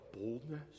boldness